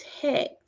text